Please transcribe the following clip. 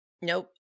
Nope